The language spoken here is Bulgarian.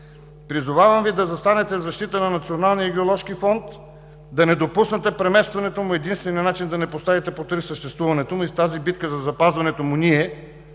Призовавам Ви да застанете в защита на Националния геоложки фонд. Да не допуснете преместването му е единственият начин да не поставите под риск съществуването му. В битката за запазването му ние,